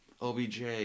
OBJ